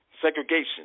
segregation